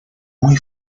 muy